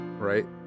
Right